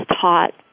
taught